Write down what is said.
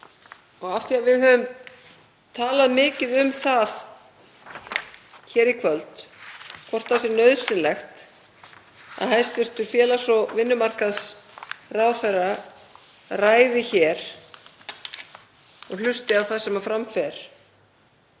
Og af því að við höfum talað mikið um það hér í kvöld hvort það sé nauðsynlegt að hæstv. félags- og vinnumarkaðsráðherra ræði hér og hlusti á það sem fram fer